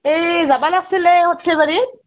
এই যাব লাগিছিলে সৰ্থেবাৰী